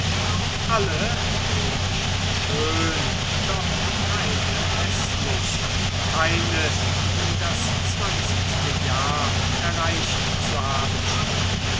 alle wo nicht schön doch keine häßlich keine die das zwanzigste jahr erreicht zu haben schien